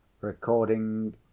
recording